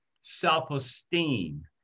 self-esteem